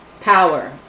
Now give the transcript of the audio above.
Power